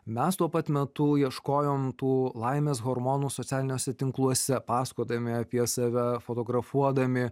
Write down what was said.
mes tuo pat metu ieškojom tų laimės hormonų socialiniuose tinkluose pasakodami apie save fotografuodami